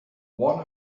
one